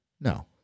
No